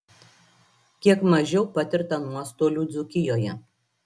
kiek mažiau patirta nuostolių dzūkijoje